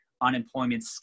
unemployment